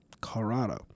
Colorado